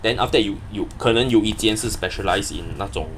then after that you you 可能有一间是 specialise in 那种